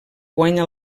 guanya